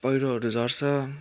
पैह्रोहरू झर्छ